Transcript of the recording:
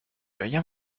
بگم